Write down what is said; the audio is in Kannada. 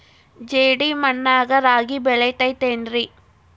ಜೇಡಿ ಮಣ್ಣಾಗ ರಾಗಿ ಬೆಳಿತೈತೇನ್ರಿ?